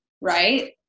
Right